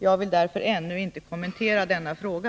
Jag vill därför ännu inte kommentera denna fråga.